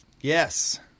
Yes